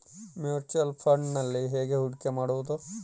Mutual ಫುಣ್ಡ್ನಲ್ಲಿ ಹೇಗೆ ಹೂಡಿಕೆ ಮಾಡುವುದು?